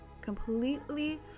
completely